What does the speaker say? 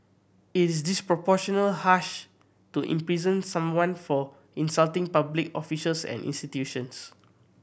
is disproportionately harsh to imprison someone for insulting public officials and institutions